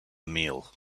meal